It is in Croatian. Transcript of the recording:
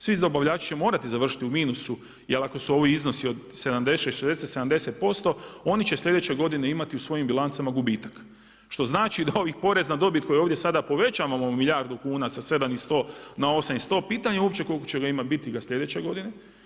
Svi dobavljači će morati završiti u minusu jer ako su ovi iznosi od 76, 60, 70% oni će sljedeće godine imati u svojim bilancama gubitak što znači da ovih porez na dobit koje ovdje sada povećamo milijardu kuna sa 7 i 100 na 8 i 100, pitanje je uopće koliko će ga biti sljedeće godine.